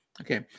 Okay